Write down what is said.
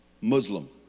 Muslim